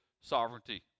sovereignty